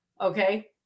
okay